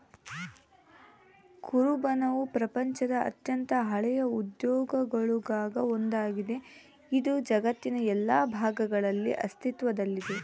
ಕುರುಬನವು ಪ್ರಪಂಚದ ಅತ್ಯಂತ ಹಳೆಯ ಉದ್ಯೋಗಗುಳಾಗ ಒಂದಾಗಿದೆ, ಇದು ಜಗತ್ತಿನ ಎಲ್ಲಾ ಭಾಗಗಳಲ್ಲಿ ಅಸ್ತಿತ್ವದಲ್ಲಿದೆ